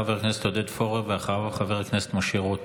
חבר הכנסת עודד פורר, ואחריו, חבר הכנסת משה רוט,